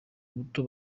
buto